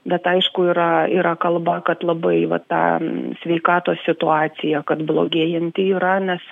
bet aišku yra yra kalba kad labai va ta sveikatos situacija kad blogėjanti yra nes